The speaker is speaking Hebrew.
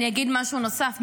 אני אגיד משהו נוסף.